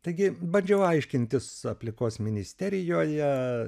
taigi bandžiau aiškintis aplinkos ministerijoje